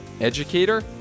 educator